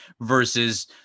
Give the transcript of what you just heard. versus